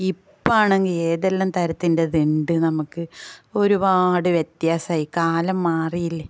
ഇപ്പം ആണെങ്കിൽ ഏതെല്ലാം തരത്തിൻ്റെ ഇത് ഉണ്ട് നമുക്ക് ഒരുപാട് വ്യത്യാസമായി കാലം മാറിയില്ലേ